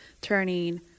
turning